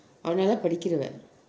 அவள் நல்ல படிக்கிறவள்:aval nalla padikiraval